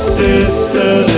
sister